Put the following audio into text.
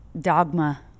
dogma